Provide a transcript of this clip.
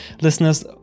listeners